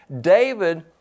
David